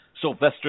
Sylvester